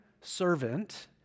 servant